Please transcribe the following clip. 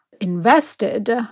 invested